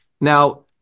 Now